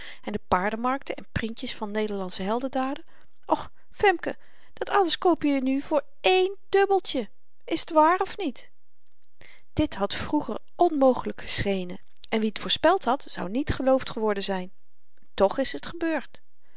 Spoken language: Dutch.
en de paardenmarkten en printjes van nederlandsche heldendaden och femke dat alles koop je nu voor één dubbeltje is t waar of niet dit had vroeger onmogelyk geschenen en wie t voorspeld had zou niet geloofd geworden zyn toch is t gebeurd